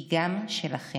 היא גם שלכם.